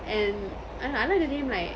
and I don't know I like the name like